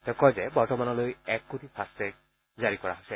তেওঁ কয় যে বৰ্তমানলৈ এক কোটি ফাট্টটেগ জাৰি কৰা হৈছে